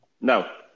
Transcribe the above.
No